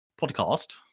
Podcast